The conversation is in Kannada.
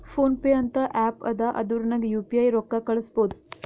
ಫೋನ್ ಪೇ ಅಂತ ಆ್ಯಪ್ ಅದಾ ಅದುರ್ನಗ್ ಯು ಪಿ ಐ ರೊಕ್ಕಾ ಕಳುಸ್ಬೋದ್